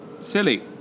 Silly